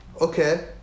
Okay